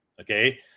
okay